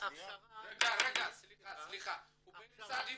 הכשרה --- סליחה, הוא באמצע דבריו.